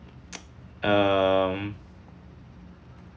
um